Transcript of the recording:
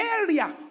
area